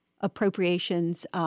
appropriations